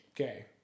Okay